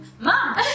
Mom